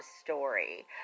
Story